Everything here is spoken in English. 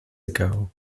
ago